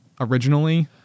originally